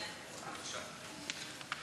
סעיפים